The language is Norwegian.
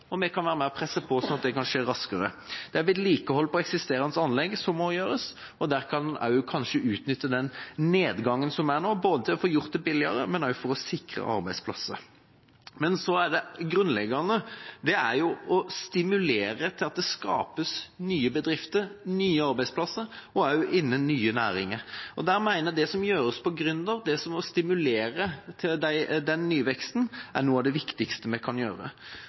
og vi kan være med og presse på, slik at det kan skje raskere. Vedlikehold på eksisterende anlegg må også gjøres, og i den forbindelse kan en kanskje utnytte den nedgangen som er nå, både til å få gjort det billigere og til å sikre arbeidsplasser. Det grunnleggende er å stimulere til at det skapes nye bedrifter og nye arbeidsplasser også innenfor nye næringer. Og jeg mener at det som gjøres på gründersiden, og det som handler om å stimulere til den nye veksten, er noe av det viktigste vi kan gjøre.